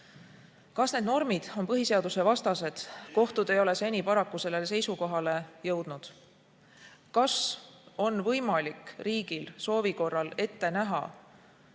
Kas need normid on põhiseaduse vastased? Kohtud ei ole seni paraku sellele seisukohale jõudnud. Kas on võimalik riigil soovi korral ette näha